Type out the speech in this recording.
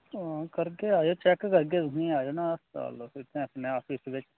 हां करगे आएयो चेक करगे तुसेंगी आएयो ना अस्पताल फ्ही उत्थै अपने आफिस च बिच्च